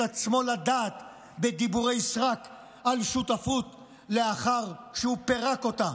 עצמו לדעת בדיבורי סרק על שותפות לאחר שהוא פירק אותה.